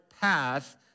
path